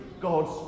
God's